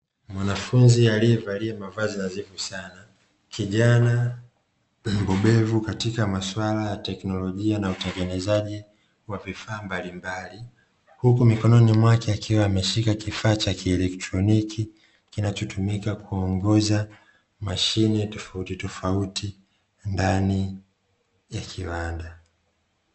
Mwanafunzi aliyevalia mavazi nadhifu sana, kijana mbobevu katika masuala ya teknolojia na utengenezaji wa vifaa mbalimbali. Huku mikononi mwake akiwa ameshika kifaa cha kielektroniki, kinachotumika kuongoza mashine tofautitofauti ndani ya kiwanda.